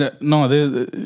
No